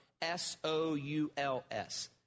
S-O-U-L-S